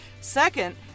Second